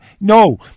no